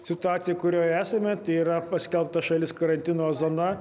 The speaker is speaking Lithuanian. situaciją kurioj esame tai yra paskelbta šalis karantino zona